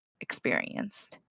experienced